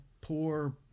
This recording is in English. poor